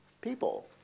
people